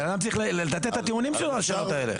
הבן אדם צריך לתת את הטיעונים שלו לשאלות האלה.